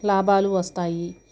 లాభాలు వస్తాయి